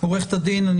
בין